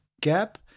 gap